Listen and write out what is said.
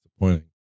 disappointing